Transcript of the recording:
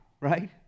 right